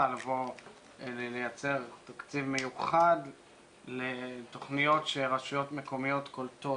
לייצר תקציב מיוחד לתוכניות שרשויות מקומיות קולטות